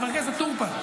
חבר הכנסת טור פז,